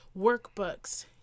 workbooks